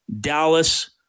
Dallas